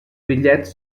bitllets